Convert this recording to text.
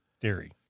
theory